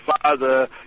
father